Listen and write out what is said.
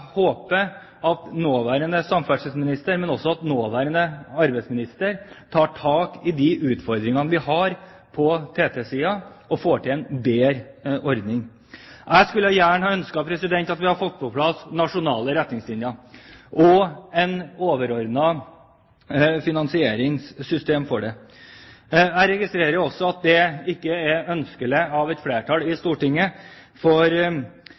håper at nåværende samferdselsminister, og også nåværende arbeidsminister, tar tak i de utfordringene vi har på TT-siden og får til en bedre ordning. Jeg skulle gjerne ønsket at vi hadde fått på plass nasjonale retningslinjer og et overordnet finansieringssystem for dette. Jeg registrerer at det ikke er ønskelig av et flertall i Stortinget, for